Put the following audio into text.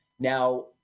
Now